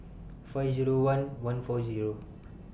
five Zero one one four Zero